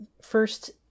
first